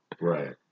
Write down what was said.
right